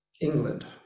England